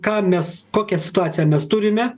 ką mes kokią situaciją nes turime